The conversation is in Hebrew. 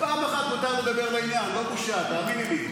פעם אחת מותר לדבר לעניין, לא בושה, תאמיני לי.